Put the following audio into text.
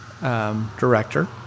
director